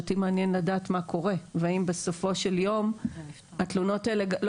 אותי מעניין לדעת מה קורה והאם בסופו של יום התלונות האלה לא